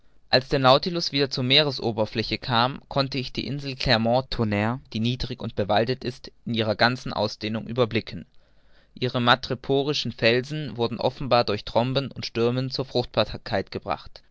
als der nautilus wieder zur meeresoberfläche kam konnte ich die insel clermont tonnre die niedrig und bewaldet ist in ihrer ganzen ausdehnung überblicken ihre madreporischen felsen wurden offenbar durch tromben und stürme zur fruchtbarkeit gebracht